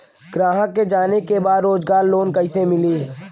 ग्राहक के जाने के बा रोजगार लोन कईसे मिली?